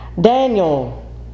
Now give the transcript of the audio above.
Daniel